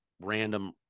random